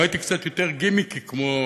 לו הייתי קצת יותר גימיקי, כמו